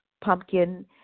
pumpkin